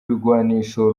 ibigwanisho